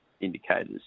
indicators